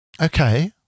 Okay